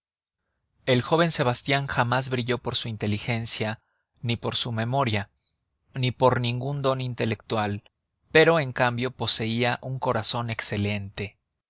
el joven sebastián jamás brilló por su inteligencia ni por su memoria ni por ningún don intelectual pero en cambio poseía un corazón excelente